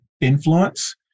influence